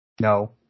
No